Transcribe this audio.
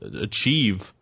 achieve